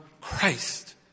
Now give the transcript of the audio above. Christ